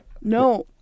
No